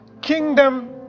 kingdom